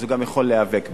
אז הוא גם יכול להיאבק בה.